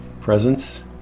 presence